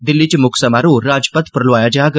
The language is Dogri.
दिल्ली च मुक्ख समारोह राजपथ पर लोआया जाग